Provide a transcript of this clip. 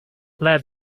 let